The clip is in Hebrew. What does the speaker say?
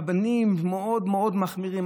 רבנים מאוד מאוד מחמירים.